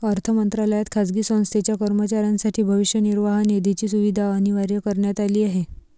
अर्थ मंत्रालयात खाजगी संस्थेच्या कर्मचाऱ्यांसाठी भविष्य निर्वाह निधीची सुविधा अनिवार्य करण्यात आली आहे